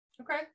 Okay